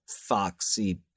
foxy